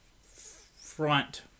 front